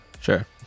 Sure